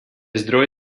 zdroj